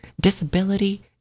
disability